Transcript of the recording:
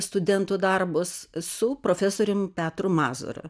studentų darbus su profesorium petru mazūra